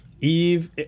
Eve